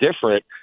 different